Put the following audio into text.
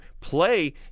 play